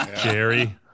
Jerry